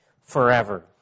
forever